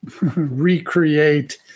recreate